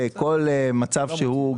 בכל מצב שהוא,